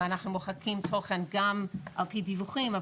אנחנו מוחקים תוכן גם על פי דיווחים,